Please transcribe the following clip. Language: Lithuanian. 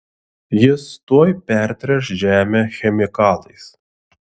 jis tuoj pertręš žemę chemikalais